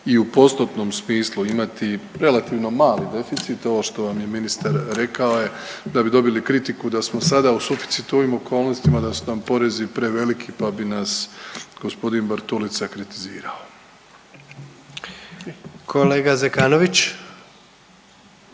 i u postotnom smislu imati relativno mali deficit. Ovo što vam je ministar rekao je da bi dobili kritiku da smo sada u suficitu u ovim okolnostima da su nam porezi preveliki pa bi nas gospodin Bartulica kritizirao. **Jandroković,